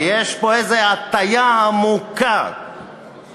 כי יש פה איזו הטעיה עמוקה שאומרת,